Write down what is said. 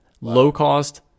low-cost